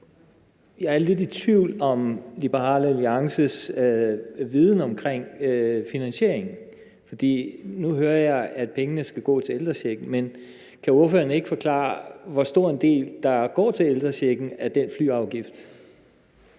Jeg er lidt i tvivl om Liberal Alliances ordførers viden om finansieringen, for nu hører jeg, at pengene skal gå til ældrechecken. Men kan ordføreren ikke forklare, hvor stor en del af den flyafgift